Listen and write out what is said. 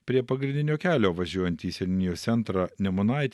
prie pagrindinio kelio važiuojant į seniūnijos centrą nemunaityj